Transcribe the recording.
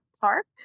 park